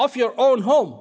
of your own home